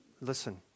listen